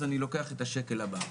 אז אני לוקח את השקל הבא'.